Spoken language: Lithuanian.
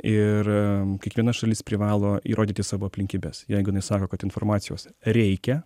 ir kiekviena šalis privalo įrodyti savo aplinkybes jeigu jinai sako kad informacijos reikia